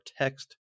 text